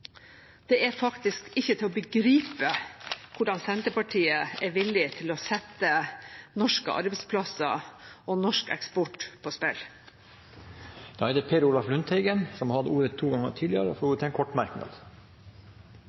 Det er faktisk ikke til å begripe hvordan Senterpartiet er villig til å sette norske arbeidsplasser og norsk eksport på spill. Per Olaf Lundteigen har hatt ordet to ganger tidligere og får ordet til en kort merknad,